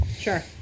Sure